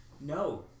No